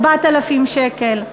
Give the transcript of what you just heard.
4,000 שקל.